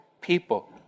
people